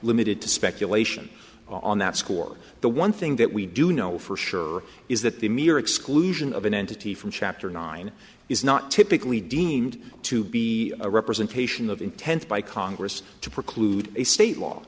limited to speculation on that score the one thing that we do know for sure is that the mere exclusion of an entity from chapter nine is not typically deemed to be a representation of intent by congress to preclude a state law